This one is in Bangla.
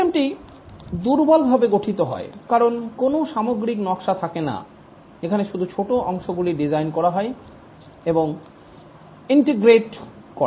সিস্টেমটি দুর্বলভাবে গঠিত হয় কারণ কোন সামগ্রিক নকশা থাকেনা এখানে শুধু ছোট অংশগুলি ডিজাইন করা হয় এবং ইন্টিগ্রেট করা হয়